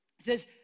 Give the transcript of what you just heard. says